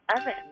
oven